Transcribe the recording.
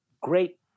great